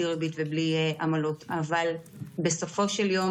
לרבות אנשי כוחות הביטחון השונים, ונפצעו אלפים.